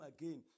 again